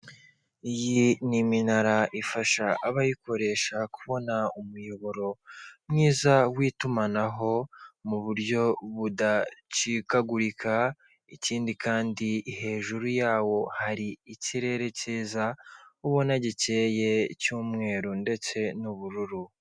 Iyi ni iminara ifasha abayikoresha kubona umuyoboro mwiza w' itumanaho mu buryo budacikagurika, ikindi kandi hejuru yawo hari ikirere kiza ubona gikeye cy' umweru ndetse n' ubururu.